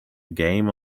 game